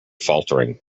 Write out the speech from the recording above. faltering